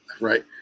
right